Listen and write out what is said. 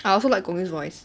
I also like gong yoo's voice